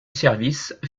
service